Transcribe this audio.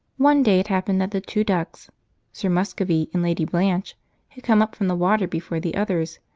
one day it happened that the two ducks sir muscovy and lady blanche had come up from the water before the others,